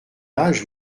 âge